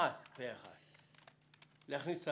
להכניס את